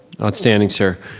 outstanding, sir.